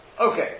Okay